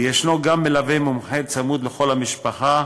ויש גם מלווה מומחה צמוד לכל משפחה,